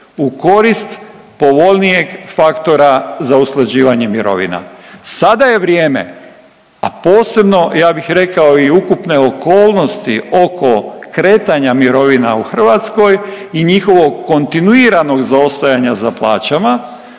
u korist povoljnijeg faktora za usklađivanje mirovina. Sada je vrijeme, a posebno, ja bih rekao i ukupne okolnosti oko kretanja mirovina u Hrvatskoj i njihovog kontinuiranog zaostajanja za plaćama